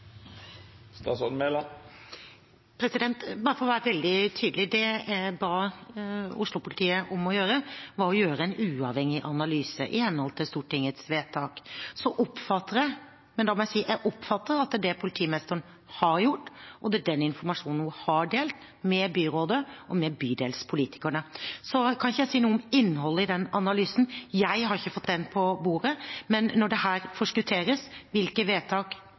Bare for å være veldig tydelig: Det jeg ba Oslo-politiet om, var å gjøre en uavhengig analyse i henhold til Stortingets vedtak. Jeg oppfatter – jeg må si jeg oppfatter – at det er det politimesteren har gjort, og det er den informasjonen hun har delt med byrådet og med bydelspolitikerne. Så kan ikke jeg si noe om innholdet i den analysen, jeg har ikke fått den på bordet, men når det her forskutteres hvilke vedtak